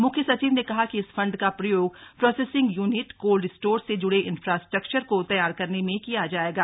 मुख्य सचिव ने कहा कि इस फंड का प्रयोग प्रोसेसिंग यूनिट कोल्ड स्टोर से जुड़े इन्फ्रास्ट्रक्चर को तैयार करने में किया जाएगा